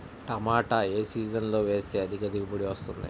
టమాటా ఏ సీజన్లో వేస్తే అధిక దిగుబడి వస్తుంది?